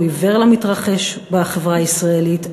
הוא עיוור למתרחש בחברה הישראלית,